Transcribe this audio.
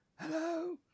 Hello